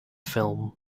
film